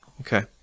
Okay